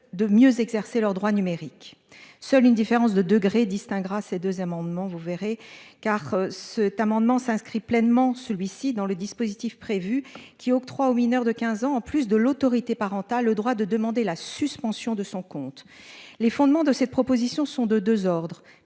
de mieux exercer leurs droits numériques. Seule une différence de degré distinguera ces deux amendements. Vous verrez car ce tu amendement s'inscrit pleinement, celui-ci dans le dispositif prévu qui octroie aux mineurs de 15 ans, en plus de l'autorité parentale, le droit de demander la suspension de son compte les fondements de cette proposition, sont de 2 ordres